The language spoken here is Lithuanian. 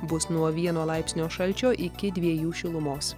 bus nuo vieno laipsnio šalčio iki dviejų šilumos